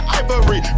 ivory